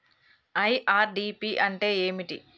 IRDP అంటే ఏమిటి?